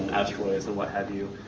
asteroids and what have you.